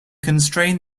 constrain